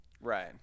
Right